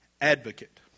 advocate